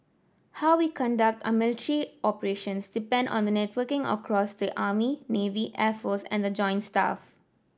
how we conduct our military operations depend on networking across the army navy air force and the joint staff